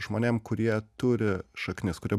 žmonėm kurie turi šaknis kurie